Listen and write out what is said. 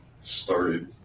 started